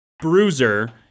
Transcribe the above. bruiser-